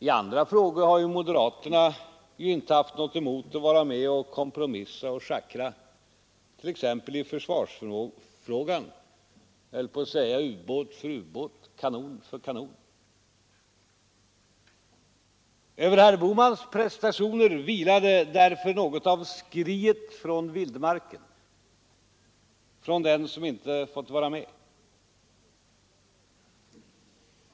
I andra frågor har moderaterna inte haft något emot att vara med och kompromissa och schackra, t.ex. i försvarsfrågan — ubåt för ubåt, kanon för kanon. Över herr Bohmans prestationer vilade därför något av skriet från vildmarken, från den som inte fått vara med.